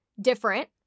Different